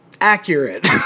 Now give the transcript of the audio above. accurate